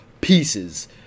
pieces